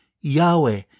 Yahweh